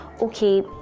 okay